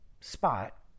spot